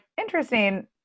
interesting